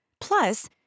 Plus